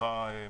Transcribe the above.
בבקשה.